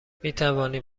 میتوانیم